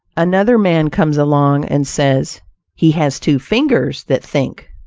another man comes along, and says he has two fingers that think.